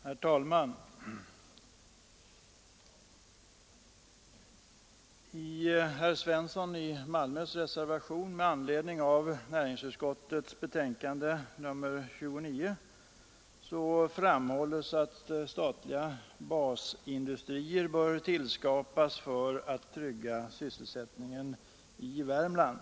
Herr talman! I herr Svenssons i Malmö reservation med anledning av näringsutskottets betänkande nr 29 framhålls att statliga basindustrier bör tillskapas för att trygga sysselsättningen i Värmland.